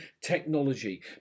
technology